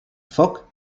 foc